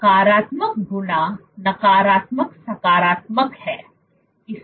तो नकारात्मक गुणा नकारात्मक सकारात्मक है